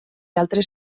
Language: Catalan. altres